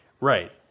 Right